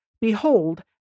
Behold